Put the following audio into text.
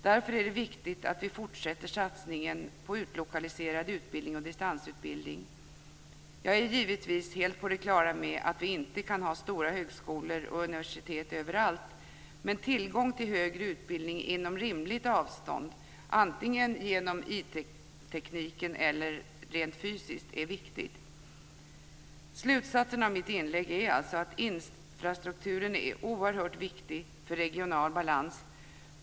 Därför är det viktigt att vi fortsätter satsningen på utlokaliserad utbildning och distansutbildning. Jag är givetvis helt på det klara med att vi inte kan ha stora högskolor och universitet överallt. Men tillgång till högre utbildning inom rimligt avstånd - antingen genom IT-teknik eller rent fysiskt - är viktigt. Slutsatsen av mitt inlägg är alltså att infrastrukturen är oerhört viktig för regional balans.